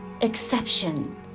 exception